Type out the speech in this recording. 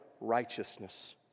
righteousness